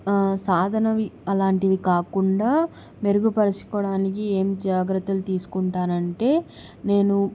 సాధన అలాంటివి కాకుండా మెరుగుపరచుకోవడానికి ఏం జాగ్రత్తలు తీసుకుంటానంటే నేను